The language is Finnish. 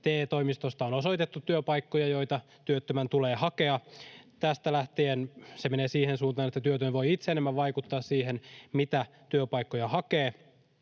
TE-toimistosta on osoitettu työpaikkoja, joita työttömän tulee hakea. Tästä lähtien se menee siihen suuntaan, että työtön voi itse enemmän vaikuttaa siihen, mitä työpaikkoja hakee,